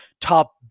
top